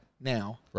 now